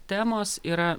temos yra